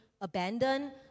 abandoned